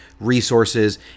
Resources